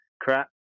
crap